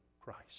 Christ